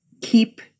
keep